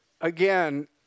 Again